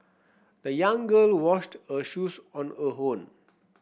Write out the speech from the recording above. the young girl washed her shoes on her own